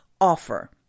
offer